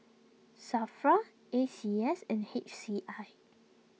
Safra A C S and H C I